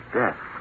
death